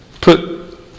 put